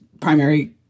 primary